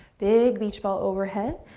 big beach ball overhead.